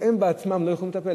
שהם בעצמם לא יכולים לטפל.